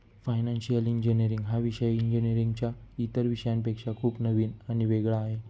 financial engineering हा विषय इंजिनीअरिंगच्या इतर विषयांपेक्षा खूप नवीन आणि वेगळा आहे